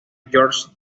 george